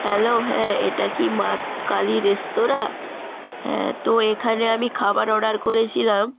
hello হ্যাঁ এটা কি মাকালী রেস্তরাঁ হ্যাঁ তো এখানে আমি খাবার অর্ডার করেছিলাম